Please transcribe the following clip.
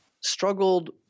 struggled